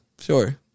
sure